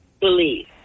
believe